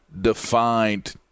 defined